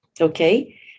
Okay